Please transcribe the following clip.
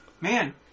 man